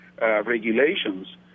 regulations